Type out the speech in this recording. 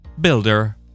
builder